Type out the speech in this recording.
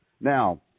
Now